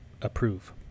approve